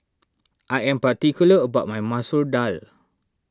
I am particular about my Masoor Dal